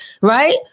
right